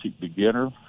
beginner